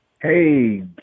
Hey